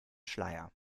schleier